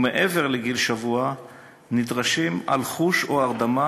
ומעבר לגיל שבוע נדרשים אלחוש או הרדמה